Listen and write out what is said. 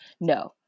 No